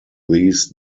these